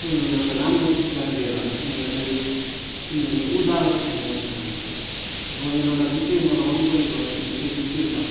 उनीहरूलाई एउटा राम्रो शिक्षा दिएर उनीहरूलाई चाहिँ उनीहरूको चाहिँ उद्धार होस् भन्न म चाहन्छु हो मेरो एउटा विषय मलाई मनपरेको अहिलेको विषय चाहिँ त्यो छ